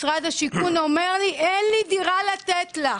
משרד השיכון אומר לי שאין לו דירה לתת לי.